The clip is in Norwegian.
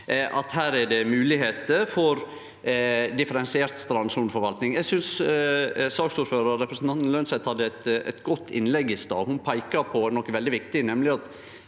at det er moglegheiter for differensiert strandsoneforvalting. Eg synest saksordføraren, representanten Lønseth, hadde eit godt innlegg i stad. Ho peika på noko veldig viktig, nemleg at